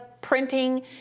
printing